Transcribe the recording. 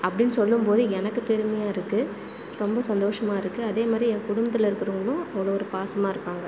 அப்படின்னு சொல்லும்போது எனக்கு பெருமையாக இருக்குது ரொம்ப சந்தோஷமாக இருக்குது அதே மாதிரி என் குடும்பத்தில் இருக்கிறவங்களும் அவ்வளோ ஒரு பாசமாக இருப்பாங்க